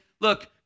look